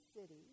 city